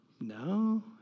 No